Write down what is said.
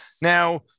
Now